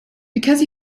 because